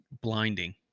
blinding